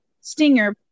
Stinger